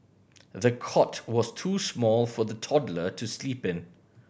the cot was too small for the toddler to sleep in